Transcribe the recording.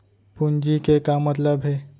पूंजी के का मतलब हे?